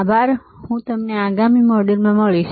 આભાર અને હું તમને આગામી મોડ્યુલ મળીશ